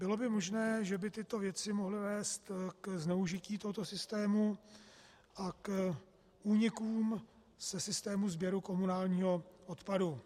Bylo by možné, že by tyto věci mohly vést ke zneužití tohoto systému a k únikům ze systému sběru komunálního odpadu.